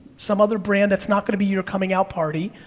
some other brand that's not gonna be your coming out party,